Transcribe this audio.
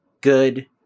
good